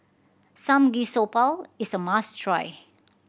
samgeyopsal is a must try